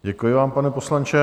Děkuji vám, pane poslanče.